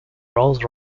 rolls